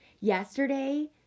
Yesterday